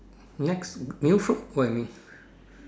next new food what you mean